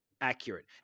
accurate